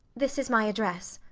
this is my address.